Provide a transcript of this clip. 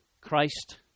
Christ